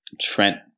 Trent